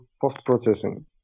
post-processing